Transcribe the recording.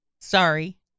Sorry